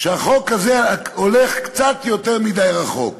והחוק הזה הולך קצת יותר מדי רחוק.